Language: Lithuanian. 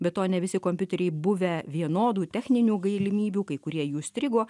be to ne visi kompiuteriai buvę vienodų techninių gailimybių kai kurie jų strigo